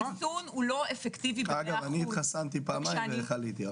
אני התחסנתי פעמיים וחליתי.